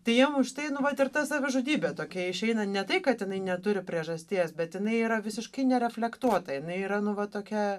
tai jiem už tai nu vat ir ta savižudybė tokia išeina ne tai kag jinai neturi priežasties bet jinai yra visiškai nereflektuota jinai yra nu va tokia